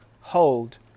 hold